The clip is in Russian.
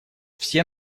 все